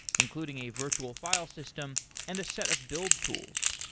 including a virtual file system and a set of build tools.